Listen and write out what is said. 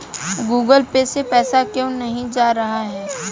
Google Pay से पैसा क्यों नहीं जा रहा है?